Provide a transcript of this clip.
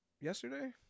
yesterday